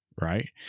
right